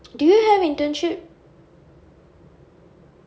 do you have internship